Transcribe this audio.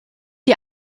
die